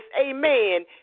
amen